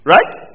Right